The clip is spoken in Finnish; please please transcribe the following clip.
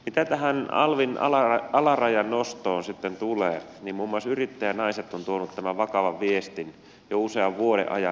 mitä tähän alvin alarajan nostoon sitten tulee niin muun muassa yrittäjänaiset on tuonut tämän vakavan viestin jo usean vuoden ajan esiin